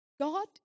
God